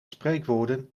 spreekwoorden